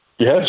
Yes